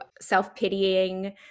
self-pitying